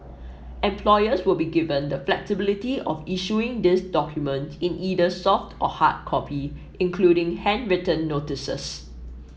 employers will be given the flexibility of issuing these document in either soft or hard copy including handwritten notices